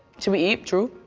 should we eat? true.